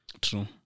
True